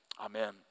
Amen